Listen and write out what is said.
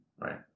right